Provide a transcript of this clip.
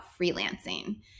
freelancing